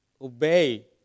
Obey